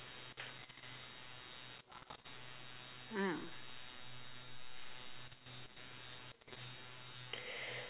mm